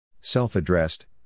Self-addressed